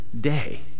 day